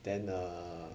then err